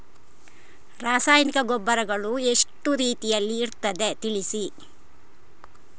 ರಾಸಾಯನಿಕ ಗೊಬ್ಬರಗಳು ಎಷ್ಟು ರೀತಿಯಲ್ಲಿ ಇರ್ತದೆ ತಿಳಿಸಿ?